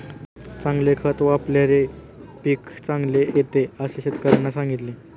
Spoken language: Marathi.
चांगले खत वापल्याने पीकही चांगले येते असे शेतकऱ्याने सांगितले